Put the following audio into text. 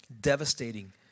devastating